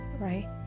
right